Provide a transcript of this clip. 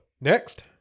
Next